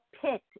pit